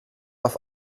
auf